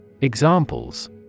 Examples